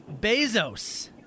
Bezos